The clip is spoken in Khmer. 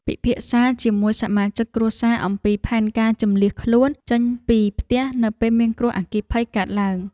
ពិភាក្សាជាមួយសមាជិកគ្រួសារអំពីផែនការជម្លៀសខ្លួនចេញពីផ្ទះនៅពេលមានគ្រោះអគ្គិភ័យកើតឡើង។